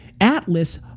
Atlas